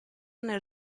nel